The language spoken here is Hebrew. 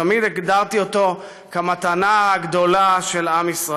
תמיד הגדרתי אותו כמתנה הגדולה של עם ישראל.